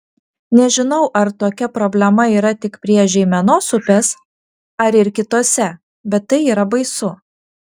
nežinau ar tokia problema yra tik prie žeimenos upės ar ir kitose bet tai yra baisu